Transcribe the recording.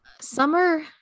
Summer